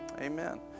Amen